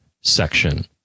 section